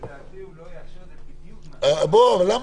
לדעתי הוא לא יאשר את זה בדיוק מהסיבה הזאת.